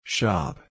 Shop